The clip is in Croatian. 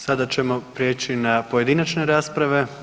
Sada ćemo prijeći na pojedinačne rasprave.